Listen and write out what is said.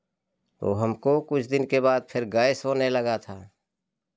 तो हमको कुछ दिन के बाद फिर गैस होने लगा था